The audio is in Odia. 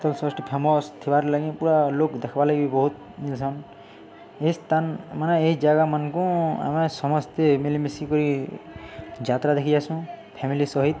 ଶୀତଳଷଷ୍ଠୀ୍ ଫେମସ୍ ଥିବାର୍ଲାଗି ପୁରା ଲୋକ ଦେଖ୍ବାର୍ ଲାଗି ବହୁତ ମିଲ୍ସନ୍ ଏ ସ୍ଥାନ ମାନେ ଏଇ ଜାଗାମାନଙ୍କୁ ଆମେ ସମସ୍ତେ ମିଲିମିଶି କରି ଯାତ୍ରା ଦେଖି ଯାଏସୁଁ ଫ୍ୟାମିଲି ସହିତ୍